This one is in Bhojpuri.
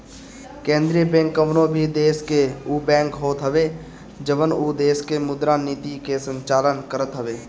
केंद्रीय बैंक कवनो भी देस के उ बैंक होत हवे जवन उ देस के मुद्रा नीति के संचालन करत हवे